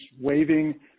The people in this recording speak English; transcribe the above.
waving